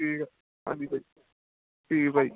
ਠੀਕ ਹੈ ਹਾਂਜੀ ਭਾਅ ਜੀ ਠੀਕ ਹੈ ਭਾਅ ਜੀ